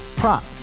Prop